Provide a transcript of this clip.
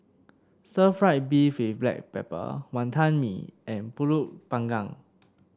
Stir Fried Beef with Black Pepper Wantan Mee and pulut Panggang